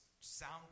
sound